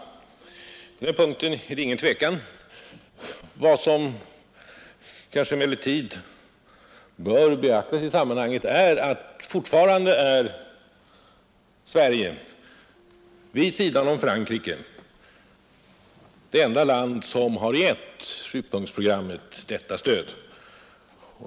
På den punkten råder det inget tvivel. Vad som kanske emellertid bör beaktas i sammanhanget är att Sverige, vid sidan av Frankrike, fortfarande är det enda land i västvärlden som gett sjupunktsprogrammet detta stöd.